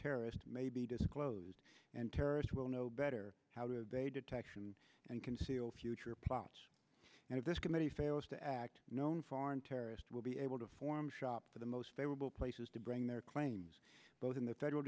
terrorist may be disclosed and terrorists will know better how to detect and conceal future plots and if this committee fails to act known foreign terrorists will be able to form shop for the most favorable places to bring their claims both in the federal